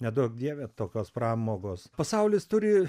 neduok dieve tokios pramogos pasaulis turi